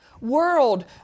world